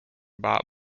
bought